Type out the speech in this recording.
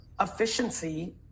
efficiency